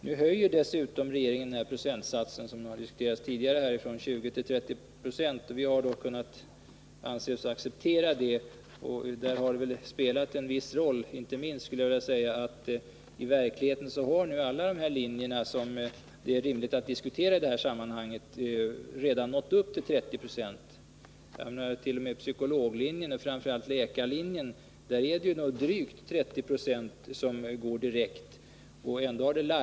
Nu föreslår regeringen en höjning av procentsatsen för direktövergång från 20 till 30 96, vilket vi har kunnat acceptera. Det har vid detta ställningstagande spelat en viss roll att man vid alla de linjer som i detta sammanhang är rimligt att diskutera i verkligheten redan har nått upp till 30 90. T. o. m. på psykologlinjen och läkarlinjen är det nu drygt 30 96 som går direkt från gymnasiet till högskolan.